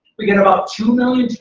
we get about two million.